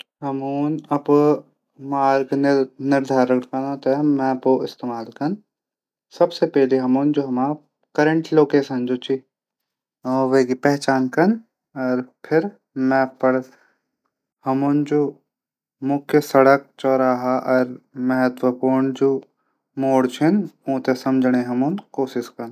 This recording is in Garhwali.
हमन अपड मार्ग निर्धारण कनू तै मैप इस्तेमाल कन सबसे पैली हमन करंट लोकेशन वेकी पहचान कन फिर हमन मैप मुख्य सडक चौराह मोड छन उंथै समझण हमन कोशिश कन।